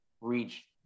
reach